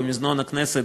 במזנון הכנסת,